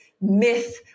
myth